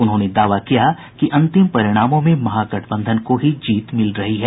उन्होंने दावा कि की अंतिम परिणामों में महागठबंधन को ही जीत मिल रही है